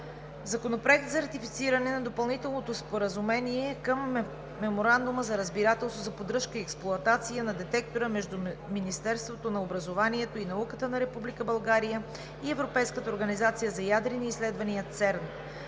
Законопроект за ратифициране на Допълнителното споразумение към Меморандума за разбирателство за поддръжка и експлоатация на детектора между Министерството на образованието и науката на Република България и Европейската организация за ядрени изследвания (ЦЕРН)